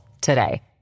today